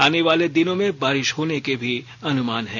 आनेवाले दिनों में बारिश होने के भी अनुमान है